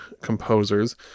composers